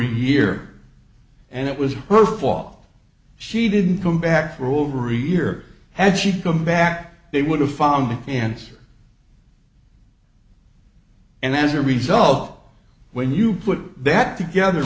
a year and it was her fault she didn't come back for over a year had she come back they would have found the answer and as a result when you put that together